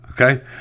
okay